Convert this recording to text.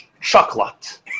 Chocolate